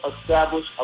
establish